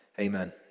Amen